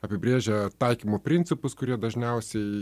apibrėžia taikymo principus kurie dažniausiai